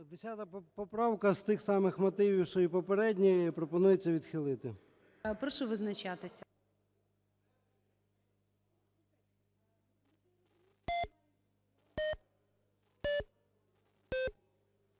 10 поправка з тих самих мотивів, що і попередні, пропонується відхилити. ГОЛОВУЮЧИЙ. Прошу визначатися.